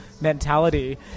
mentality